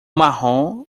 marrom